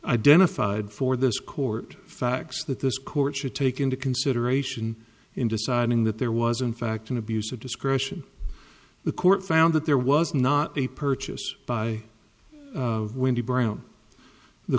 identified for this court facts that this court should take into consideration in deciding that there was in fact an abuse of discretion the court found that there was not a purchase by of windy brown the